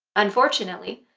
unfortunately,